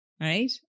right